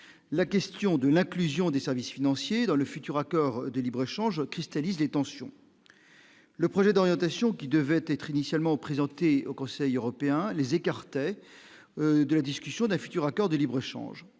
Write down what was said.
la question de l'inclusion des services financiers dans le futur accord de libre-échange cristallise les tensions, le projet d'orientation qui devait être initialement présenté au Conseil européen, les écarter de la discussion d'un futur accord de libre-échange,